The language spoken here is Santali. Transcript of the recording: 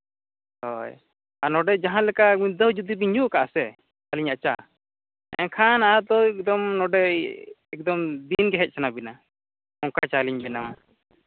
ᱦᱳᱭ ᱟᱨ ᱱᱚᱰᱮ ᱡᱟᱦᱟᱸ ᱞᱮᱠᱟ ᱢᱤᱫ ᱫᱷᱟᱣ ᱡᱩᱫᱤ ᱵᱤᱱ ᱧᱩ ᱠᱟᱜᱼᱟ ᱥᱮ ᱟᱹᱞᱤᱧᱟᱜ ᱪᱟ ᱮᱱᱠᱷᱟᱱ ᱟᱫᱚ ᱮᱠᱫᱚᱢ ᱱᱚᱰᱮ ᱫᱤᱱ ᱜᱮ ᱦᱮᱡ ᱥᱟᱱᱟ ᱵᱤᱱᱟ ᱚᱱᱠᱟ ᱪᱟ ᱞᱤᱧ ᱵᱮᱱᱟᱣᱟ